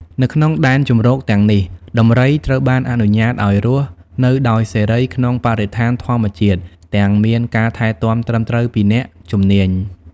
នៅក្នុងដែនជម្រកទាំងនេះ ដំរីត្រូវបានអនុញ្ញាតឲ្យ រស់នៅដោយសេរីក្នុងបរិស្ថានធម្មជាតិ ទាំងមានការថែទាំត្រឹមត្រូវពីអ្នកជំនាញ។